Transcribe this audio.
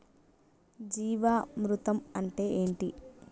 జీవామృతం అంటే ఏంటి?